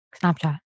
Snapchat